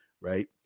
Right